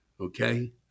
okay